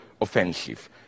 offensive